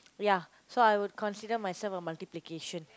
ya so I would consider myself a multiplication